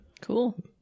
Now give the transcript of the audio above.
Cool